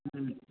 ہوں